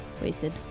Wasted